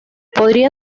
podría